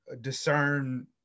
discern